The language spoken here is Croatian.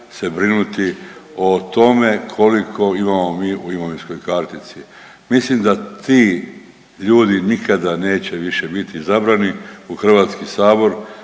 se brinuti o tome koliko imamo mi u imovinskoj kartici. Mislim da ti ljudi nikada neće više biti izabrani u Hrvatski sabor